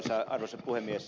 arvoisa puhemies